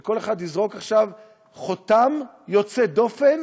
שכל אחד יזרוק עכשיו חותם יוצא דופן